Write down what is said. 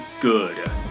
good